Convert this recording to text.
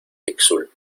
tixul